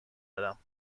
کردم